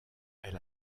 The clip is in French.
elle